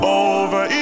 over